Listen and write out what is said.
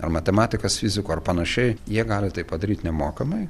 ar matematikas fiziku ar panašiai jie gali tai padaryt nemokamai